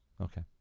Okay